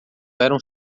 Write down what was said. eram